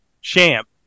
champ